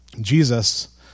Jesus